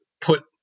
put